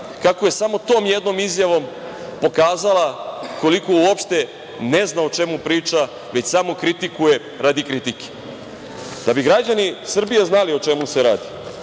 kako je samo tom jednom izjavom pokazala koliko uopšte ne zna o čemu priča već samo kritikuje radi kritike. Da bi građani Srbije znali o čemu se radi